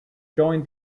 joined